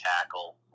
tackle